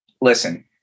listen